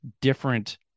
different